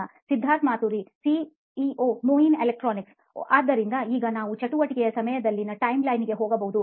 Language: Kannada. ಸಿದ್ಧಾರ್ಥ್ ಮಾತುರಿ ಸಿಇಒ ನೋಯಿನ್ ಎಲೆಕ್ಟ್ರಾನಿಕ್ಸ್ ಆದ್ದರಿಂದ ಈಗ ನಾವು ಚಟುವಟಿಕೆಯ 'ಸಮಯದಲ್ಲಿ' ನ ಟೈಮ್ಲೈನ್ಗೆ ಹೋಗಬಹುದು